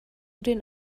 den